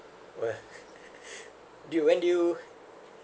where do you when did you